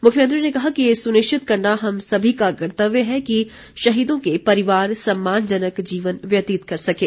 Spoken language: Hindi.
मुख्यमंत्री ने कहा कि ये सुनिश्चित करना हम सभी का कर्तव्य है कि शहीदों के परिवार सम्मानजनक जीवन व्यतीत कर सकें